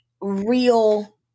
real